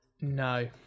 No